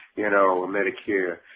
you know, or medicare,